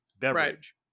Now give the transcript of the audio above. beverage